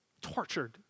tortured